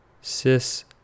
cis